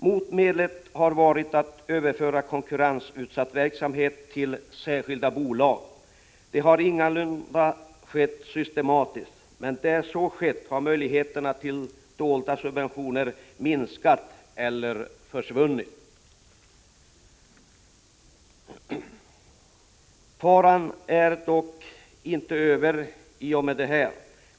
Motmedlet har varit att överföra konkurrensutsatt verksamhet till särskilda bolag. Detta har ingalunda skett systematiskt. Men där så skett, har möjligheterna till dolda subventioner minskat eller försvunnit. Faran är dock inte över i och med det.